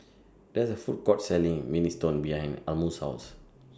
There IS A Food Court Selling Minestrone behind Almus' House